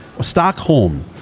Stockholm